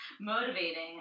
Motivating